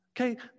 Okay